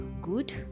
good